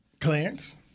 Clarence